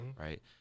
right